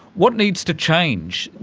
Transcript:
what needs to change?